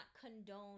condone